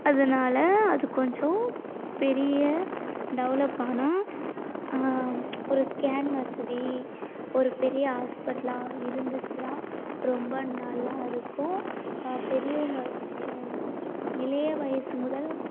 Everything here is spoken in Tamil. அதனால அது கொஞ்சம் பெரிய டெவலப் ஆனால் ஒரு ஸ்கேன் வசதி ஒரு பெரிய ஹாஸ்பிட்டலாக இருந்துச்சுனா ரொம்ப நல்லா இருக்கும் பெரியவங்க இளைய வயசு முதல்